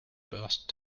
burst